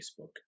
Facebook